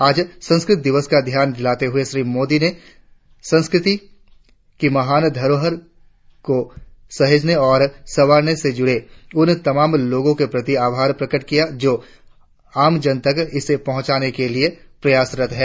आज संस्कृत दिवस का ध्यान दिलाते हुए श्री मोदी ने संस्कृति की महान धरोहर को सहेजने और सवारने से जुड़े उन तमाम लोगों के प्रति आभार प्रकट किया जो आम जन तक इसे पहुंचाने के लिए प्रयासरत है